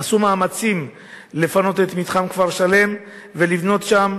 עשו מאמצים לפנות את מתחם כפר-שלם ולבנות שם,